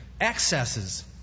excesses